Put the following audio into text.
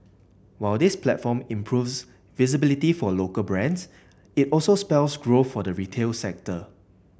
while this platform improves visibility for local brands it also spells growth for the retail sector